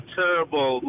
terrible